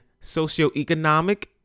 socioeconomic